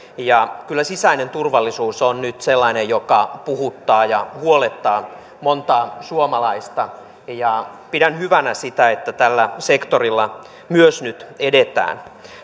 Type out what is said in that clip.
kyllä sisäinen turvallisuus on nyt sellainen joka puhuttaa ja huolettaa montaa suomalaista ja pidän hyvänä sitä että myös tällä sektorilla nyt edetään